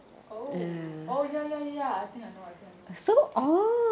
oh oh ya ya ya I think I know I think I know